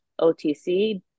OTC